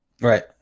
Right